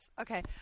Okay